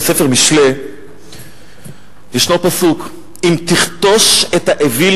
בספר משלי ישנו פסוק: אם תכתוש את האוויל